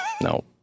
No